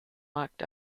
locked